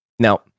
Now